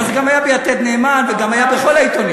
אבל זה גם היה ב"יתד נאמן" וגם היה בכל העיתונים.